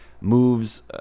moves